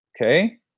okay